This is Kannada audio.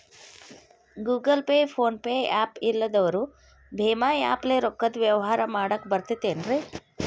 Google Pay, PhonePe app ಇಲ್ಲದವರು ಭೇಮಾ ಆ್ಯಪ್ ಲೇ ರೊಕ್ಕದ ವ್ಯವಹಾರ ಮಾಡಾಕ್ ಬರತೈತೇನ್ರೇ?